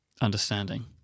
understanding